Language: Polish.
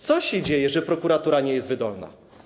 Co się dzieje, że prokuratura nie jest wydolna?